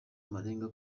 amarenga